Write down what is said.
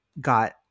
got